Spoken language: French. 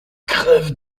crève